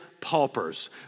paupers